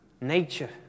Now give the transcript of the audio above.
nature